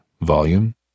Volume